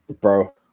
bro